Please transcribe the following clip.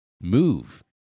Move